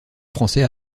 français